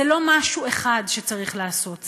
זה לא משהו אחד שצריך לעשות,